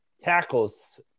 tackles